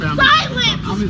silence